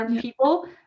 people